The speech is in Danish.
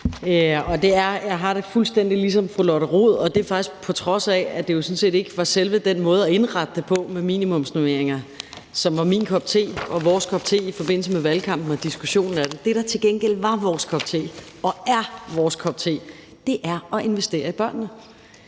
Jeg har det fuldstændig ligesom fru Lotte Rod, og det er faktisk, på trods af at det jo sådan set ikke var selve den måde at indrette det på med minimumsnormeringer, som var min kop te og vores kop te i forbindelse med valgkampen og diskussionen af det. Det, der til gengæld var vores kop te og er vores kop te, er at investere i børnene.